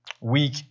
weak